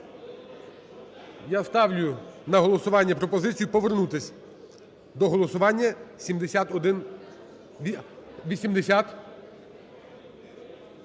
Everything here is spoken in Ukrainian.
Я ставлю на голосування пропозицію повернутися до голосування 7180.